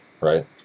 right